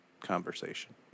conversation